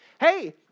Hey